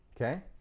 okay